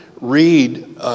read